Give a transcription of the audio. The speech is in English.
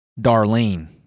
Darlene